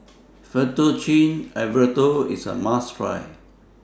Fettuccine Alfredo IS A must Try